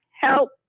help